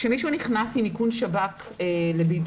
כשמישהו נכנס עם איכון שב"כ לבידוד,